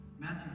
Matthew